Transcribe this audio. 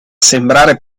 sembrare